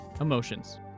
emotions